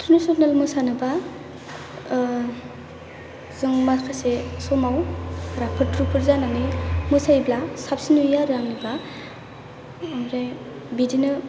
थ्रेदिसनेल मोसानोबा जों माखासे समाव राफोद रुफोद जानानै मोसायोब्ला साबसिन नुयो आरो आंनिबा ओमफ्राय बिदिनो